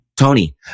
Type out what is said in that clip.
Tony